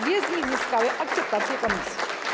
Dwie z nich zyskały akceptację komisji.